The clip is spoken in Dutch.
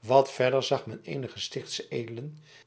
wat verder zag men eenige stichtsche edelen